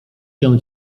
się